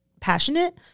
passionate